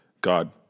God